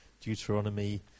Deuteronomy